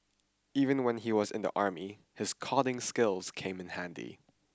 even when he was in the army his coding skills came in handy